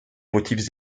motifs